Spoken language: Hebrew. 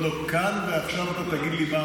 חצי שעה, שעה, שעתיים, אחרי שעתיים